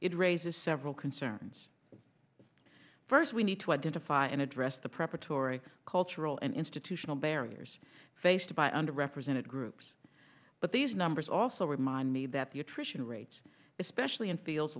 it raises several concerns first we need to identify and address the preparatory cultural and institutional barriers faced by under represented groups but these numbers also remind me that the attrition rates especially in fiel